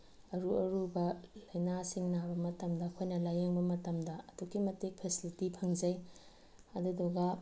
ꯑꯔꯨ ꯑꯔꯨꯕ ꯂꯥꯏꯅꯥꯁꯤꯡ ꯅꯥꯕ ꯃꯇꯝꯗ ꯑꯩꯈꯣꯏꯅ ꯂꯥꯏꯌꯦꯡꯕ ꯃꯇꯝꯗ ꯑꯗꯨꯛꯀꯤ ꯃꯇꯤꯛ ꯐꯦꯁꯤꯂꯤꯇꯤ ꯐꯪꯖꯩ ꯑꯗꯨꯗꯨꯒ